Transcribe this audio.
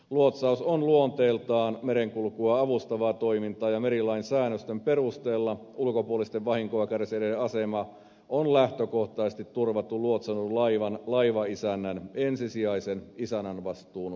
luotsaus on luonteeltaan merenkulkua avustavaa toimintaa ja merilain säännösten perusteella ulkopuolisten vahinkoa kärsineiden asema on lähtökohtaisesti turvattu luotsatun laivan laivaisännän ensisijaisen isännänvastuun perusteella